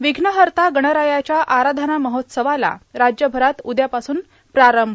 विघ्नहर्ता गणरायाच्या आराधनेच्या महोत्सवाला राज्यभरात उद्यापासून प्रारंभ